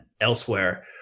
elsewhere